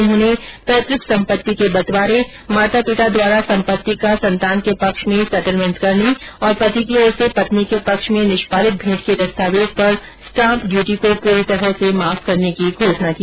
उन्होंने पैतुक सम्पत्ति के बंटवारे माता पिता द्वारा सम्पत्ति का सन्तान के पक्ष में सेटलमेंट करने और पति की ओर से पत्नी के पक्ष में निष्पादित भेंट के दस्तावेज पर स्टाम्प ड्यूटी को पूरी तरह से माफ करने की घोषणा की